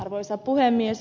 arvoisa puhemies